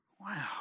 Wow